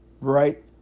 right